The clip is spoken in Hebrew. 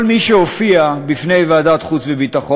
כל מי שהופיע בפני ועדת החוץ והביטחון,